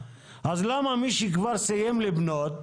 ועל כן סיימנו עם ההסתייגויות שלך.